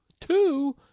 two